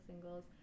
singles